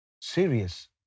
serious